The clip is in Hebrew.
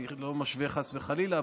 אני לא משווה חס וחלילה,